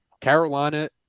Carolina